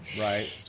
Right